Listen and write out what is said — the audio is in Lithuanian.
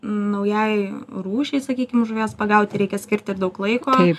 naujai rūšiai sakykim žuvies pagauti reikia skirt ir daug laiko